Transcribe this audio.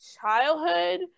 childhood